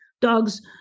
dogs